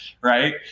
right